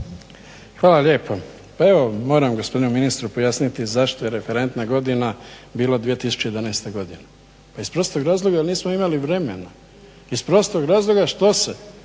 Hvala lijepa. Evo moram gospodinu ministru pojasniti zašto je referentna godina bila 2011. godina. Pa iz prostog razloga jer nismo imali vremena, iz prostog razloga što se